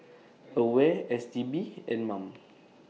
AWARE S T B and Mom